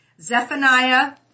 Zephaniah